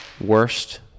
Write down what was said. Worst